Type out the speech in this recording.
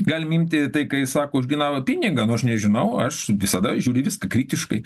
galim imti tai kai sako už gryną pinigą nu aš nežinau aš visada žiūriu į viską kritiškai